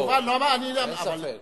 אני חושב שהיא חשובה.